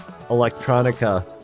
electronica